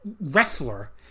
wrestler